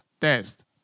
test